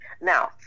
Now